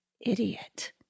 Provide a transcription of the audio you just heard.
idiot